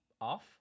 Off